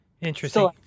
Interesting